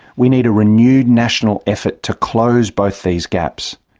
we need a renewed national effort to close both these gaps.